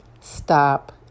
Stop